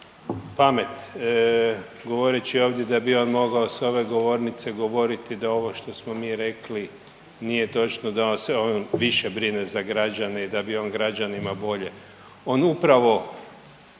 pamet govoreći ovdje da bi on mogao s ove govornice govoriti da ovo što smo mi rekli nije točno da se on više brine za građane i da bi on građanima bolje. On upravo